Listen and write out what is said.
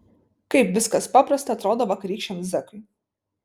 kaip viskas paprasta atrodo vakarykščiam zekui